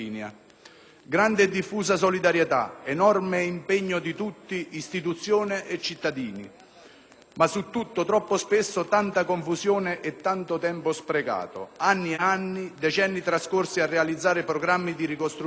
Grande e diffusa solidarietà, enorme impegno di tutti, istituzioni e cittadini, ma su tutto troppo spesso tanta confusione e tanto tempo sprecato; anni e anni, decenni trascorsi a realizzare programmi di ricostruzione